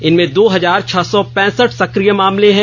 इनमें दो हजार छह सौ पैंसठ सक्रिय मामले हैं